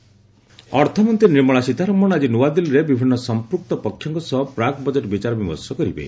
Sitharaman budget consultation ଅର୍ଥମନ୍ତ୍ରୀ ନିର୍ମଳା ସୀତାରମଣ ଆଜି ନୂଆଦିଲ୍ଲୀରେ ବିଭିନ୍ନ ସମ୍ପୃକ୍ତ ପକ୍ଷଙ୍କ ସହ ପ୍ରାକ୍ ବଜେଟ୍ ବିଚାରବିମର୍ଶ କରିବେ